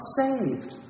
saved